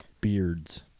Beards